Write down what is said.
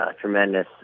tremendous